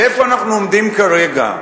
ואיפה אנחנו עומדים כרגע,